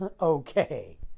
okay